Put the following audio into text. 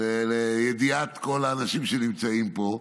לידיעת כל האנשים שנמצאים פה,